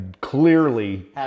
clearly